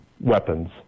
weapons